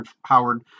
Howard